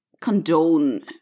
condone